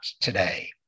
today